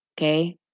Okay